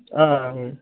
ஆ ஆ